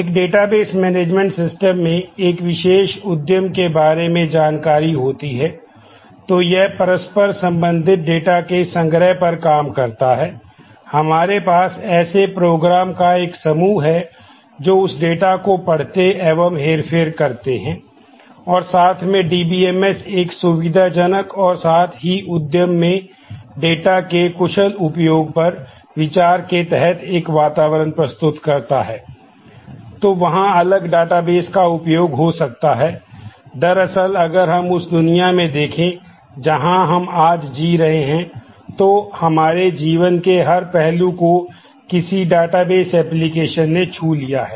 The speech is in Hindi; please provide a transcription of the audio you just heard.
एक डेटाबेस मैनेजमेंट सिस्टम के कुशल उपयोग पर विचार के तहत एक वातावरण प्रस्तुत करता है तो वहाँ अलग डेटाबेस ने छू लिया है